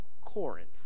Corinth